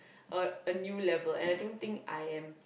a a new level and I don't think I am